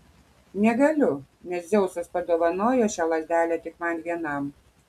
negaliu nes dzeusas padovanojo šią lazdelę tik man vienam